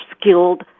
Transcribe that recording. skilled